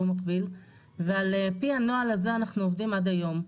מקביל ועל פי הנוהל הזה אנחנו עובדים עד היום.